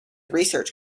research